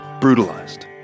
brutalized